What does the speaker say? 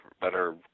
better